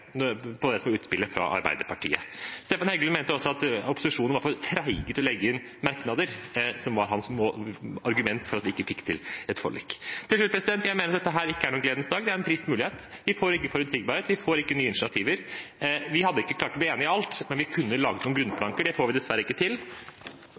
på det som var utspillet fra Arbeiderpartiet. Stefan Heggelund mente også at opposisjonen var for treige til å legge inn merknader, som var hans argument for at vi ikke fikk til et forlik. Til slutt: Jeg mener at dette ikke er noen gledens dag. Det er en tapt mulighet. Vi får ikke forutsigbarhet. Vi får ikke nye initiativer. Vi hadde ikke klart å bli enige om alt, men vi kunne laget noen